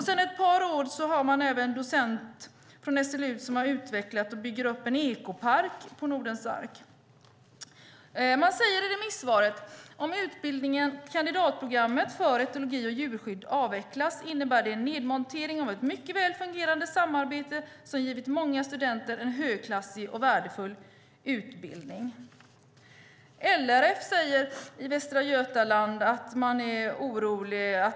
Sedan ett par år har man en docent från SLU på Nordens Ark som bygger upp en ekopark. Man säger i remissvaret: Om kandidatprogrammet för etologi och djurskydd avvecklas innebär det en nedmontering av ett mycket väl fungerande samarbete som givit många studenter en högklassig och värdefull utbildning. LRF i Västra Götaland säger att man är orolig.